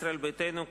ישראל ביתנו,